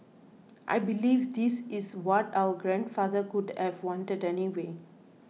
I believe this is what our grandfather would have wanted anyway